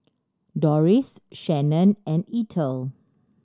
Doris Shannen and Ethel